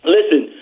Listen